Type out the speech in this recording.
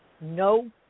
no